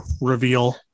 reveal